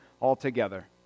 altogether